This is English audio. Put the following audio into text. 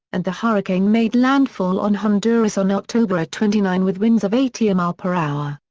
and the hurricane made landfall on honduras on october twenty nine with winds of eighty mph.